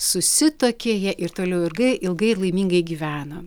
susituokė jie ir toliau ilgai ilgai ir laimingai gyveno